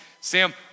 Sam